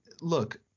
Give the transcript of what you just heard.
look